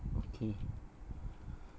okay